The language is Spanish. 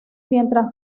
mientras